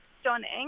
stunning